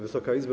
Wysoka Izbo!